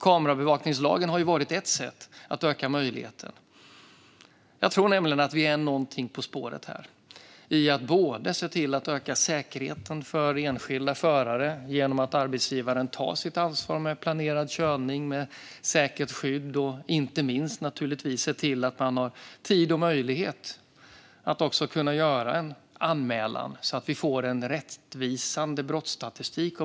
Kamerabevakningslagen har varit ett sätt att öka möjligheten. Jag tror att vi är någonting på spåret här när det gäller att både öka säkerheten för enskilda förare genom att arbetsgivare tar sitt ansvar med planerad körning med säkert skydd och inte minst genom att se till att man har tid och möjlighet att kunna göra en anmälan av det som hänt så att vi får en rättvisande brottsstatistik.